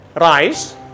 Rice